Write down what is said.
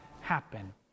happen